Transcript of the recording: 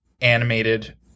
animated